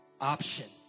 option